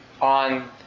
on